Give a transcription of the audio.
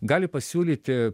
gali pasiūlyti